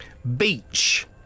Beach